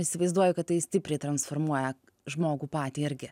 įsivaizduoju kad tai stipriai transformuoja žmogų patį irgi